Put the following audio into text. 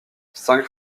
cinq